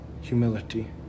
humility